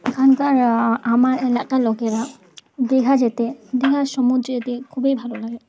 এখানকার আমার এলাকার লোকেরা দীঘা যেতে দীঘার সমুদ্রে যেতে খুবই ভালো লাগে